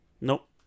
Nope